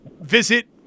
visit